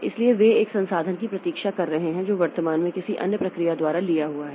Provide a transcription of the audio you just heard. इसलिए वे एक संसाधन की प्रतीक्षा कर रहे हैं जो वर्तमान में किसी अन्य प्रक्रिया द्वारा लिया हुआ है